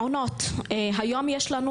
מעונות היום יש לנו